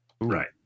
Right